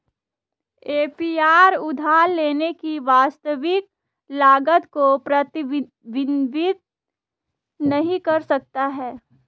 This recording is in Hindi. ए.पी.आर उधार लेने की वास्तविक लागत को प्रतिबिंबित नहीं कर सकता है